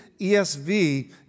ESV